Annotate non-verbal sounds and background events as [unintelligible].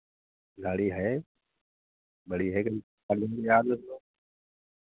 गाड़ी है बड़ी है [unintelligible]